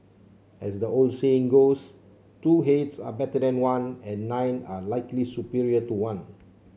as the old saying goes two heads are better than one and nine are likely superior to one